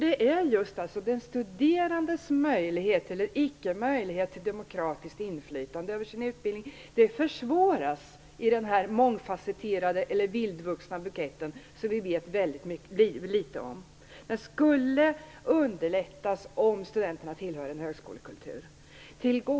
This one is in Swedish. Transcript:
Den studerandes möjlighet till demokratiskt inflytande över sin utbildning försvåras i den mångfasetterade, eller vildvuxna, buketten, som vi vet väldigt lite om. Men det skulle underlätta om studenterna tillhörde en högskolekultur.